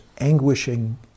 anguishing